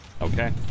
Okay